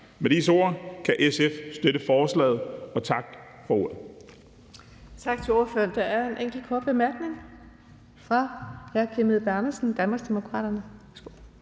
Med disse ord kan SF støtte forslaget. Tak for ordet.